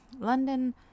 London